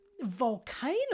volcano